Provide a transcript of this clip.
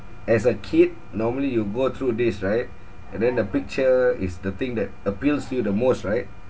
as a kid normally you go through this right and then the picture is the thing that appeals to you the most right